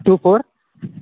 two four